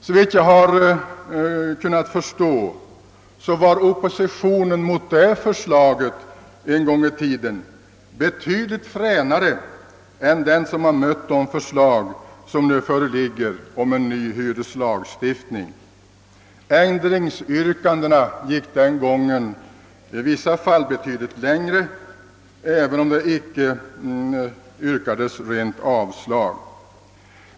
Såvitt jag har kunnat förstå var oppositionen mot det förslaget en gång i tiden betydligt fränare än den som har mött de förslag som förelåg om en ny hyreslag stiftning. Ändringsyrkandena gick den gången i vissa fall betydligt längre, även om man inte yrkade avslag på propositionen.